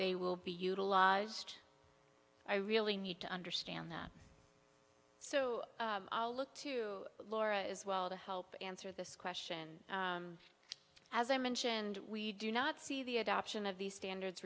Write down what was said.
they will be utilized i really need to understand that so i'll look to laura as well to help answer this question as i mentioned we do not see the adoption of these standards